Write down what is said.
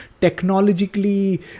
technologically